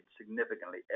significantly